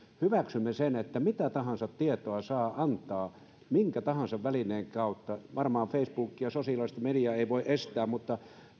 hyväksymme sen että mitä tahansa tietoa saa antaa minkä tahansa välineen kautta facebookia sosiaalista mediaa ei varmaan voi estää mutta